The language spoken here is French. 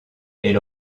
elle